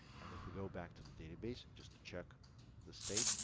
and if we go back to the database, and just to check the state,